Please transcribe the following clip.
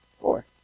Four